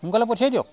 সোনকালে পঠিয়াই দিয়ক